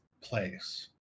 place